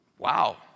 wow